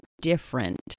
different